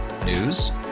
News